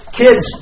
kids